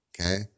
Okay